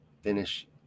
finish